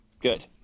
Good